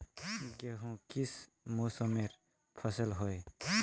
गेहूँ किस मौसमेर फसल होय?